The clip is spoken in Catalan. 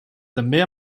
també